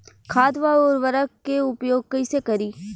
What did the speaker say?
खाद व उर्वरक के उपयोग कइसे करी?